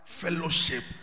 fellowship